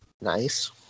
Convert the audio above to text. Nice